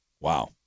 Wow